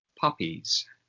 puppies